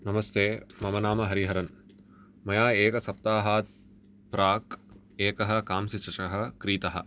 नमस्ते मम नाम हरिहरन् मया एकसप्ताहात् प्राक् एकः कांस्यचषः क्रीतः